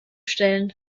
stellen